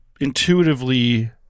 intuitively